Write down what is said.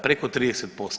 Preko 30%